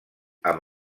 amb